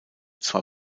zwar